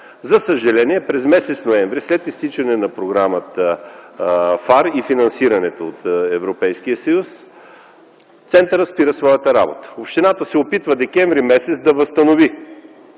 За съжаление през м. ноември след изтичането на програмата ФАР и финансирането от Европейския съюз центърът спира своята работа. Общината през м. декември се опитва да възстанови